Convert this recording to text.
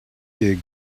you